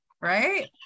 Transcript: right